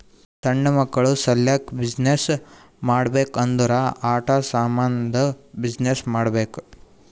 ಸಣ್ಣು ಮಕ್ಕುಳ ಸಲ್ಯಾಕ್ ಬಿಸಿನ್ನೆಸ್ ಮಾಡ್ಬೇಕ್ ಅಂದುರ್ ಆಟಾ ಸಾಮಂದ್ ಬಿಸಿನ್ನೆಸ್ ಮಾಡ್ಬೇಕ್